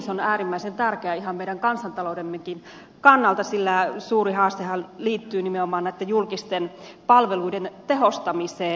se on äärimmäisen tärkeä ihan meidän kansantaloutemmekin kannalta sillä suuri haastehan liittyy nimenomaan näitten julkisten palveluiden tehostamiseen